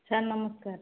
sir ନମସ୍କାର